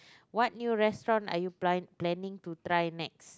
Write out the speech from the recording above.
what new restaurant are you plan planning to try next